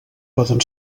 poden